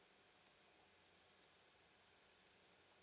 meh